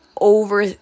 over